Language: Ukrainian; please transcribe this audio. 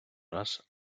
раз